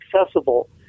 accessible